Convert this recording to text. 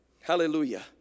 Hallelujah